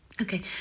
Okay